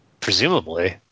Presumably